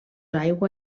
aigua